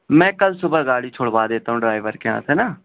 میں کل صبح گاڑی چھڑوا دیتا ہوں ڈرائیور کے ہاتھ ہے نا